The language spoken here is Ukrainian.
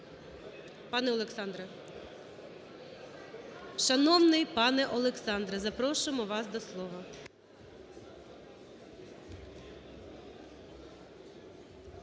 Пане Олександре, шановний пане Олександре, запрошуємо вас до слова.